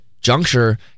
juncture